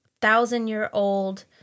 thousand-year-old